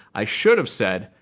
i should have said,